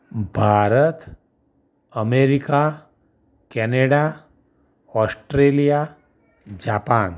Bharat America Canada Australia Japan